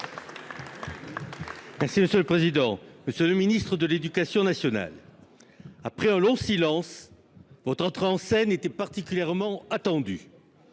Merci monsieur le président, Monsieur le Ministre de l'Éducation nationale. Après un long silence vont entrer en scène était particulièrement attendu.